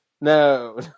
No